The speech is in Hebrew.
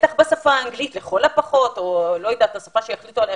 בטח בשפה האנגלית לכל הפחות או שפה שיחליטו עליה